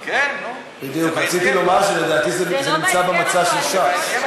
בדיוק, רציתי לומר שלדעתי זה נמצא במצע של ש"ס.